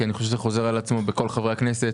כי אני חושב שזה חוזר על עצמו בכל חברי הכנסת.